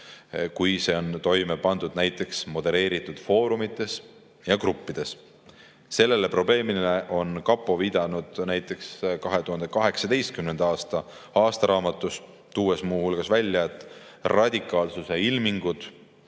kui see on toime pandud näiteks modelleeritud foorumites ja gruppides. Sellele probleemile on kapo viidanud näiteks 2018. aasta aastaraamatus, tuues muu hulgas välja, et radikaalsuse ilminguid